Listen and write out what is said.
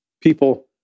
people